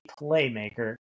playmaker